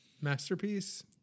masterpiece